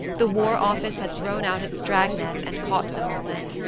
the war office had thrown out its drag-net and caught them all in.